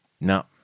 no